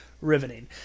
riveting